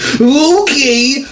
Okay